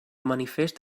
manifest